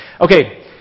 Okay